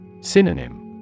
Synonym